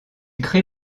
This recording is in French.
crée